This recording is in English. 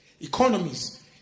Economies